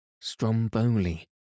stromboli